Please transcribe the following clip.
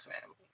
family